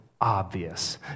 obvious